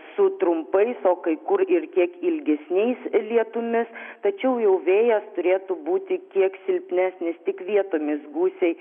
su trumpais o kai kur ir kiek ilgesniais lietumis tačiau jau vėjas turėtų būti kiek silpnesnis tik vietomis gūsiai